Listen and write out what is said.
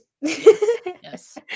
yes